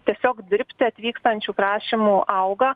tiesiog dirbti atvykstančių prašymų auga